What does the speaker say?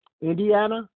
Indiana